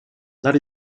that